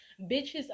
Bitches